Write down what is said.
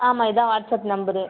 ஆமாம் இதுதான் WhatsApp number